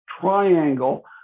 triangle